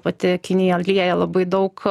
pati kinija lieja labai daug